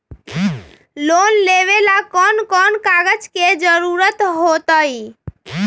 Loan लेवेला कौन कौन कागज के जरूरत होतई?